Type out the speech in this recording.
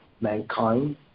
mankind